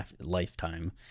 lifetime